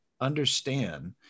understand